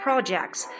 Projects